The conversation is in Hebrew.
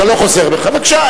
אתה לא חוזר בך, בבקשה.